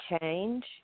change